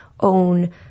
own